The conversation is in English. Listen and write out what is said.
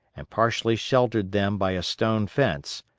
and partially sheltered them by a stone fence,